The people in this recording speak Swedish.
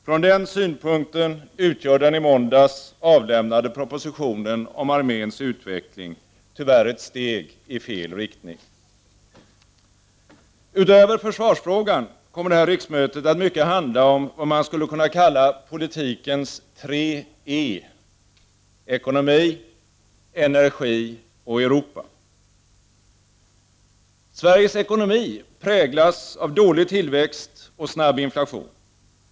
Från den synpunkten utgör den i måndags avlämnade propositionen om arméns utveckling tyvärr ett steg i fel riktning. Utöver försvarsfrågan kommer det här riksmötet att mycket handla om vad man skulle kunna kalla politikens tre E: ekonomi, energi och Europa. Sveriges ekonomi präglas av dålig tillväxt och snabb inflation.